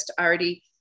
already